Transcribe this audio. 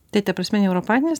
tai ta prasme neuropatinis